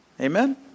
Amen